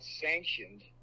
sanctioned